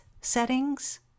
settings